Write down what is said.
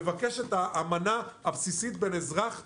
מבקש את האמנה הבסיסית בין אזרח למדינה,